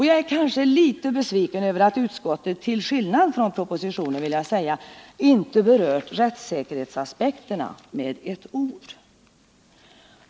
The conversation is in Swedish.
Jag är kanske litet besviken över att utskottet — till skillnad från departementschefen i propositionen — inte berört rättssäkerhetsaspekterna med ett ord.